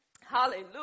Hallelujah